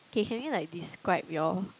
Kay can we like describe your